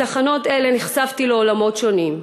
בתחנות אלה נחשפתי לעולמות שונים: